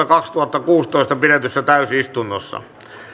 kaksituhattakuusitoista pidetyssä ensimmäisessä täysistunnossa